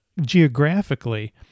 geographically